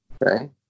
right